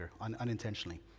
unintentionally